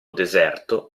deserto